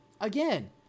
Again